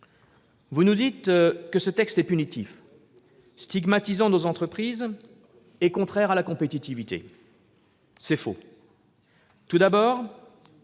Vous nous dites que ce texte est punitif, stigmatisant pour nos entreprises et contraire à la compétitivité. C'est faux ! Tout d'abord,